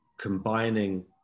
combining